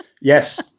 Yes